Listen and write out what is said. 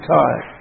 time